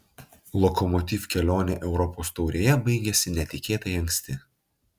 lokomotiv kelionė europos taurėje baigėsi netikėtai anksti